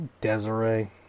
Desiree